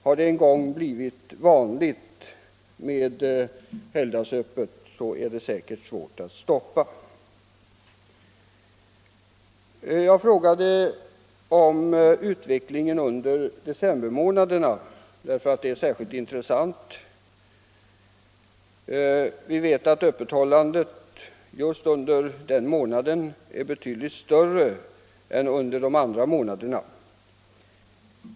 Har det en gång blivit vanligt med helgdagsöppet är det säkert svårt att gå tillbaka till det gamla. Min fråga gällde också utvecklingen under decembermånaderna därför att de är speciellt intressanta. Vi vet att öppethållandet just under december är betydligt större än under andra månader.